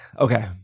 Okay